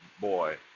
boy